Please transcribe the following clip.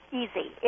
easy